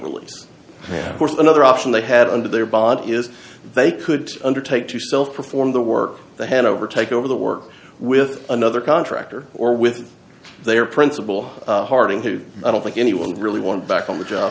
really forced another option they had under their bond is they could undertake to self perform the work they hand over take over the work with another contractor or with their principal harding who i don't think anyone would really want back on the job